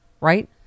Right